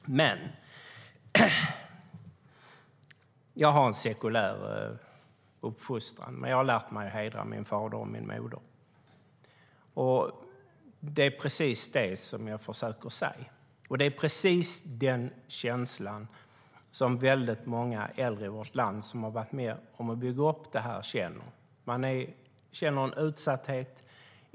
Jag har en sekulär uppfostran, men jag har lärt mig att hedra min fader och min moder. Och det är precis det som väldigt många äldre i vårt land som har varit med och byggt upp landet känner. Man känner en utsatthet.